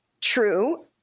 true